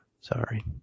Sorry